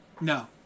No